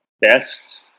best